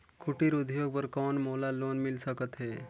कुटीर उद्योग बर कौन मोला लोन मिल सकत हे?